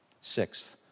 Sixth